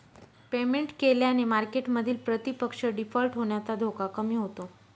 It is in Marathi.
पेमेंट केल्याने मार्केटमधील प्रतिपक्ष डिफॉल्ट होण्याचा धोका कमी होतो